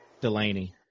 Delaney